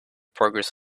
progress